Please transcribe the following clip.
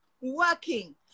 working